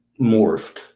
morphed